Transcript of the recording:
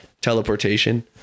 Teleportation